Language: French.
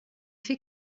fait